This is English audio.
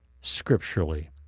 scripturally